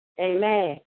amen